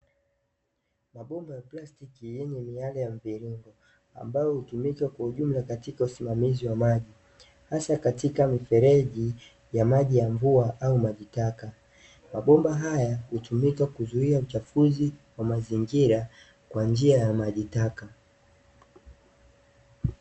Mabomba ya plastiki yenye miale ya mviringo, ambayo hutumika kwa ujumla katika usimamizi wa maji, hasa katika mifereji ya maji ya mvua au maji taka. Mabomba haya hutumika kuzuia uchafuzi wa mazingira kwa njia ya maji taka.